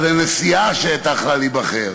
הנשיאה שהייתה יכולה להיבחר,